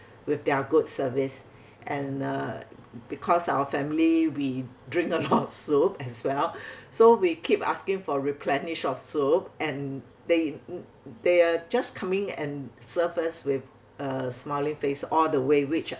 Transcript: with their good service and uh because our family we drink a lot of soup as well so we keep asking for replenish of soup and they they're just coming and serve us with a smiling face all the way which